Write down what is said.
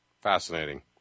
Fascinating